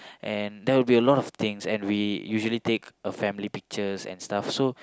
and there will be a lot of things and we usually take a family pictures and stuff so